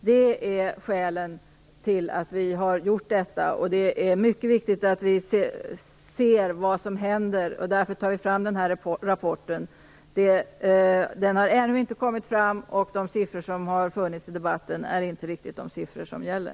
Det är skälen till att vi har gjort detta. Det är mycket viktigt att vi följer vad som händer. Därför tar vi fram den här rapporten. Den har ännu inte kommit fram, och de siffror som har förekommit i debatten är inte riktigt de siffror som gäller.